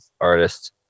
artist